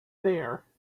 there